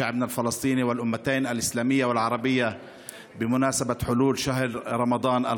לבני העם הפלסטיני ולאומה האסלאמית והאומה הערבית בפרוס חודש רמדאן,